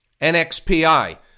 NXPI